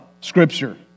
Scripture